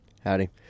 Howdy